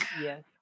Yes